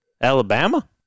Alabama